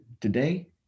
today